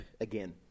again